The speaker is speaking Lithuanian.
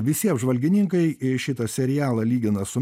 visi apžvalgininkai šitą serialą lygina su